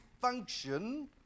function